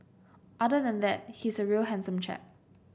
other than that he's a real handsome chap